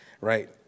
right